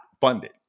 funded